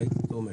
אני תומך.